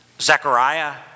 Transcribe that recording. Zechariah